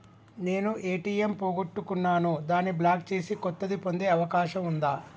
నేను ఏ.టి.ఎం పోగొట్టుకున్నాను దాన్ని బ్లాక్ చేసి కొత్తది పొందే అవకాశం ఉందా?